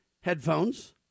headphones